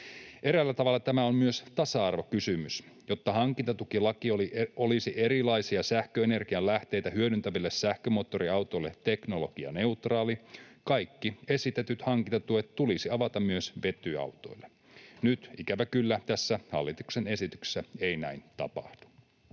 Eräällä tavalla tämä on myös tasa-arvokysymys. Jotta hankintatukilaki olisi erilaisia sähköenergian lähteitä hyödyntäville sähkömoottoriautoille teknologianeutraali, kaikki esitetyt hankintatuet tulisi avata myös vetyautoille. Nyt ikävä kyllä tässä hallituksen esityksessä ei näin tapahdu.